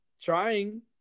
trying